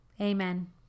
Amen